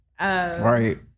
Right